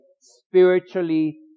spiritually